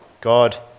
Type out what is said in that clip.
God